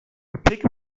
peki